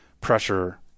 pressure